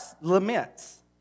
laments